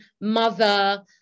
mother